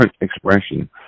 expression